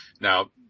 Now